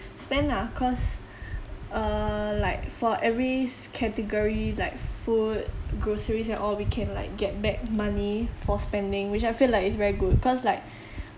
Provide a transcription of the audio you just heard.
spend lah cause err like for every s~ category like food groceries and all we can like get back money for spending which I feel like is very good cause like